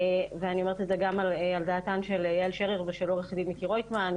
ואני אומרת את זה גם על דעתן של יעל שרר ושל עורכת הדין מיקי רויטמן,